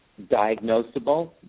diagnosable